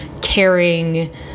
caring